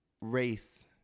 race